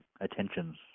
attentions